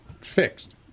fixed